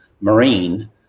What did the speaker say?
Marine